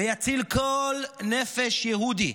ויציל כל נפש יהודי,